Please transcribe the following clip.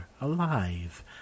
alive